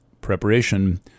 preparation